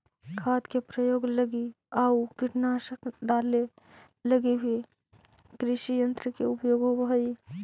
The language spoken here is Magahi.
खाद के प्रयोग लगी आउ कीटनाशक डाले लगी भी कृषियन्त्र के उपयोग होवऽ हई